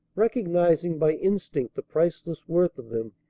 recognizing by instinct the priceless worth of them,